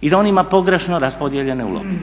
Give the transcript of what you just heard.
i da on ima pogrešno raspodijeljene uloge.